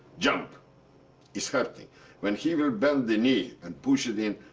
jump is hurting. when he will bend the knee and push it in,